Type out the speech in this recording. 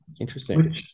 interesting